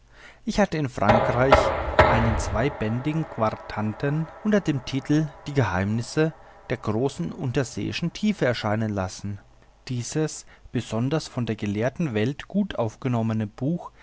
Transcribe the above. ich hatte in frankreich einen zweibändigen quartanten unter dem titel die geheimnisse der großen unterseeischen tiefe erscheinen lassen dieses besonders von der gelehrten welt gut aufgenommene buch